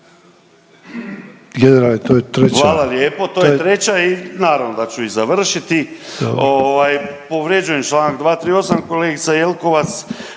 suverenisti)** Hvala lijepo. To je treća i naravno da ću i završiti. Povrijeđen je članak 238. Kolegica Jelkovac